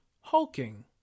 hulking